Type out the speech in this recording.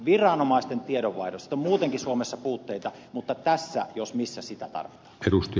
viranomaisten tiedonvaihdossa on muutenkin suomessa puutteita mutta tässä jos missä sitä tarvitaan